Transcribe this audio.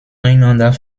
einander